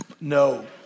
No